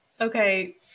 okay